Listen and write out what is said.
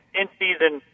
in-season